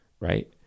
right